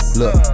look